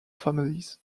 families